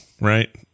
right